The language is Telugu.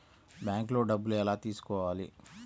బ్యాంక్లో డబ్బులు ఎలా తీసుకోవాలి?